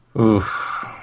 Oof